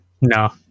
no